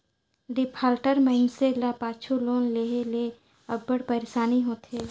defaulter मइनसे ल पाछू लोन लेहे ले अब्बड़ पइरसानी होथे